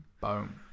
boom